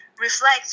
reflect